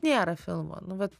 nėra filmo nu vat